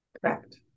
Correct